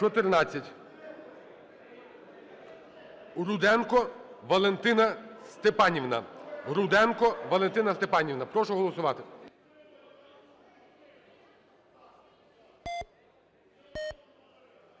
Руденко Валентина Степанівна. Прошу голосувати.